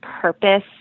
purpose